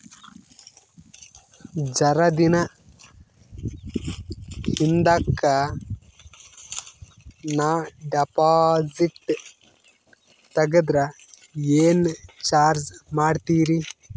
ಜರ ದಿನ ಹಿಂದಕ ನಾ ಡಿಪಾಜಿಟ್ ತಗದ್ರ ಏನ ಚಾರ್ಜ ಮಾಡ್ತೀರಿ?